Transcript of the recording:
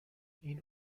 این